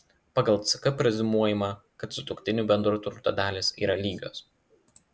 pagal ck preziumuojama kad sutuoktinių bendro turto dalys yra lygios